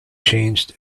changed